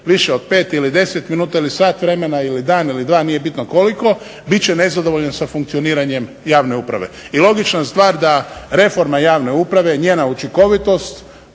više od 5 ili 10 minuta ili sat vremena ili dan ili dva, nije bitno koliko, bit će nezadovoljan sa funkcioniranjem javne uprave. I logična stvar da reforma javne uprave, njena učinkovitost